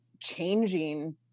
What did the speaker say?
changing